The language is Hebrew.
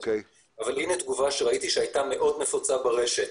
אבל הינה תגובה שראיתי שהייתה מאוד נפוצה ברשת: